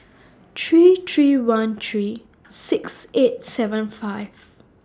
three three one three six eight seven five